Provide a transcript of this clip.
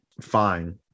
fine